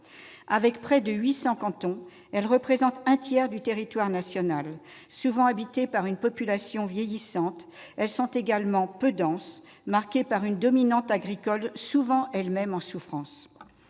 Avec près de 800 cantons, elles représentent un tiers du territoire national. Souvent habitées par une population vieillissante, elles sont également peu denses, marquées par une dominante agricole, fréquemment elle-même en souffrance.